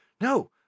No